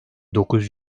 dokuz